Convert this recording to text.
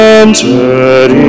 entered